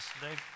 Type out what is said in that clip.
today